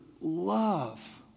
love